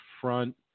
front